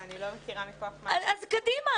אני לא מכירה מכוח מה --- אז, קדימה.